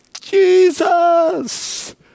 Jesus